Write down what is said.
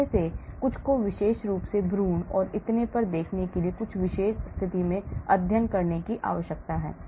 उनमें से कुछ को विशेष रूप से भ्रूण और इतने पर देखने के लिए बहुत विशेष स्थिति में अध्ययन करने की आवश्यकता है